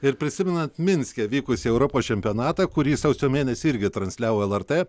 ir prisimenant minske vykusį europos čempionatą kurį sausio mėnesį irgi transliavo lrt